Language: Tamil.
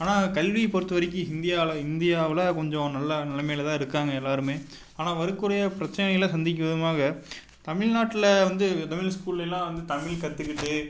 ஆனால் கல்வியை பொறுத்தவரைக்கும் ஹிந்தியாவில் இந்தியாவில் கொஞ்சம் நல்ல நிலமையிலதான் இருக்காங்க எல்லோருமே ஆனால் வரக்கூடிய பிரச்சனைகளை சந்திக்கும் விதமாக தமிழ்நாட்டில் வந்து தமிழ் ஸ்கூல்லெயெல்லாம் வந்து தமிழ் கற்றுக்கிட்டு